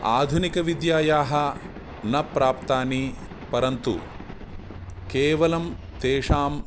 आधुनिकविद्यायाः न प्राप्तानि परन्तु केवलं तेषाम्